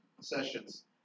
sessions